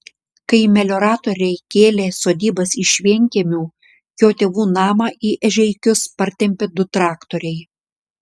kai melioratoriai kėlė sodybas iš vienkiemių jo tėvų namą į ežeikius partempė du traktoriai